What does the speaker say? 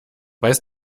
weiß